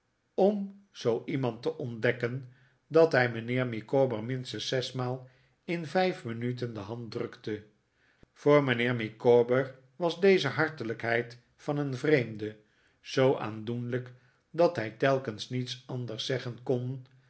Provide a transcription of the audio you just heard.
om zoo iemand te ontdekken dat hij mijnheer micawber minstens zesmaal in vijf minuten de hand drukte voor mijnheer micawber was deze hartelijkheid van een vreemde zoo aandoenlijk dat hij telkens niets anders zeggen kon